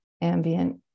ambient